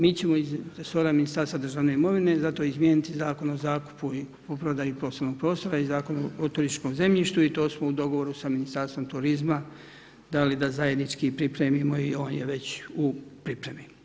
Mi ćemo iz resora Ministarstva državne imovine zato izmijeniti Zakon o zakupu i kupoprodaji poslovnih prostora i Zakon o turističkom zemljištu i to smo u dogovoru sa Ministarstvo turizma dali da zajednički pripremimo i on je već u pripremi.